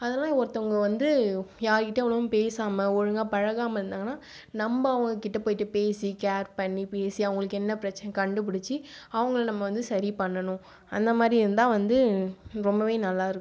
அதெல்லாம் ஒருத்தவங்க வந்து யார்கிட்டேயும் அவ்வளோவும் பேசாமல் ஒழுங்காக பழகாமல் இருந்தாங்கன்னால் நம்ப அவங்க கிட்டே போய்ட்டு பேசி கேர் பண்ணி பேசி அவர்களுக்கு என்ன பிரச்சினைனு கண்டுபிடிச்சு அவங்களை நம்ம வந்து சரி பண்ணணும் அந்தமாதிரி இருந்தால் வந்து ரொம்பவே நல்லாயிருக்கும்